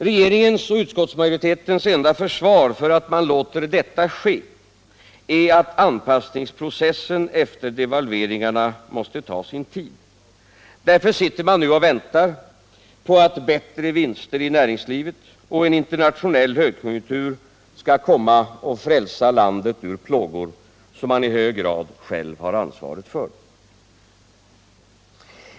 Regeringens och utskottsmajoritetens enda försvar för att man låter detta ske är att anpassningsprocessen efter devalveringarna måste ta sin tid. Därför sitter man nu och väntar på att bättre vinster i näringslivet och en internationell högkonjunktur skall komma och frälsa landet ur plågor. som man i hög grad själv har ansvaret för.